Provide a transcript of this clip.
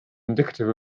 indicative